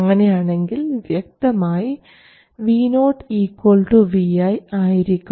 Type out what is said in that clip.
അങ്ങനെ ആണെങ്കിൽ വ്യക്തമായി Vo Vi ആയിരിക്കും